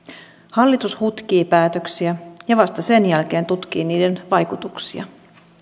hallitus hutkii päätöksiä ja vasta sen jälkeen tutkii niiden vaikutuksia